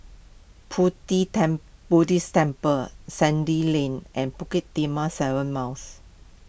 Pu Ti Buddhist Temple Sandy Lane and Bukit Timah seven Miles